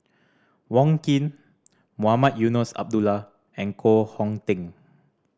Wong Keen Mohamed Eunos Abdullah and Koh Hong Teng